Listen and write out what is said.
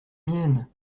mienne